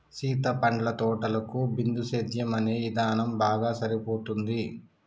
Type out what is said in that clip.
సీత పండ్ల తోటలకు బిందుసేద్యం అనే ఇధానం బాగా సరిపోతుంది